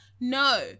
no